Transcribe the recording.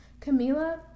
Camila